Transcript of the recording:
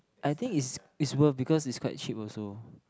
I think is it's worth because it's quite cheap also